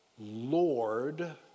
Lord